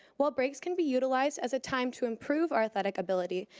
while breaks can be utilized as a time to improve our athletic ability,